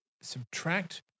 subtract